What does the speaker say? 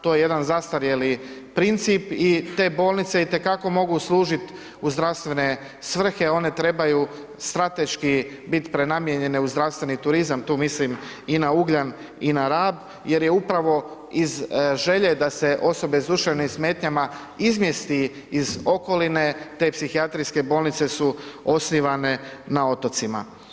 To je jedan zastarjeli princip i te bolnice i te kako mogu služiti u zdravstvene svrhe, one trebaju strateški biti prenamijenjene u zdravstveni turizam, tu mislim i na Ugljan i na Rab jer je upravo iz želje da se osobe s duševnim smetnjama izmjesti iz okoline te psihijatrijske bolnice su osnivane na otocima.